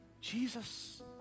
Jesus